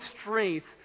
strength